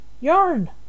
yarn